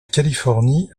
californie